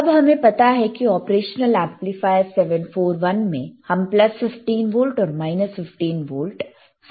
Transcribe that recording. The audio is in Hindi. अब हमें पता है कि ऑपरेशनल एमप्लीफायर 741 में हम प्लस 15 वोल्ट और माइनस 15 वोल्ट अप्लाई करते हैं